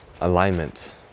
alignment